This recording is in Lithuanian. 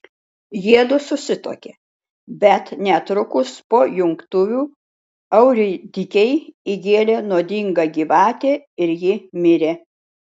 jiedu susituokė bet netrukus po jungtuvių euridikei įgėlė nuodinga gyvatė ir ji mirė